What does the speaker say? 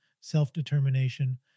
self-determination